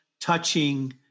touching